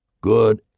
Good